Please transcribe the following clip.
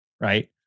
right